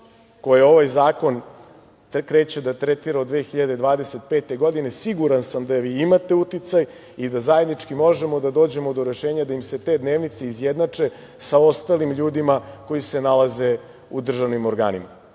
koje ovaj zakon kreće da tretira od 2025. godine. Siguran sam da vi imate uticaj i da zajednički možemo da dođemo do rešenja da im se te dnevnice izjednače sa ostalim ljudima koji se nalaze u državnim organima,